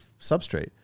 substrate